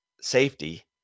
safety